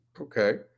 okay